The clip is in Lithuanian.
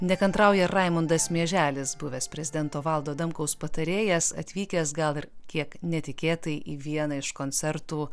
nekantrauja raimundas mieželis buvęs prezidento valdo adamkaus patarėjas atvykęs gal ir kiek netikėtai į vieną iš koncertų